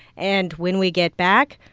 and when we get back,